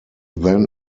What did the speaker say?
then